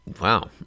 Wow